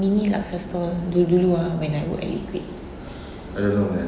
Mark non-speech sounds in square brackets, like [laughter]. mini laksa stall dulu-dulu ah when I worked at Equip [breath]